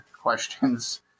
questions